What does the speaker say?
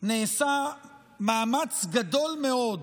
נעשה מאמץ גדול מאוד